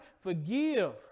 Forgive